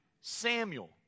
Samuel